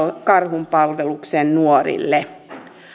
karhunpalveluksen nuorille